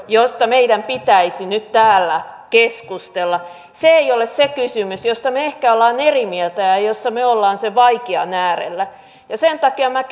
josta meidän pitäisi nyt täällä keskustella se ei ole se kysymys josta me ehkä olemme eri mieltä ja jossa me olemme sen vaikean äärellä ja sen takia minä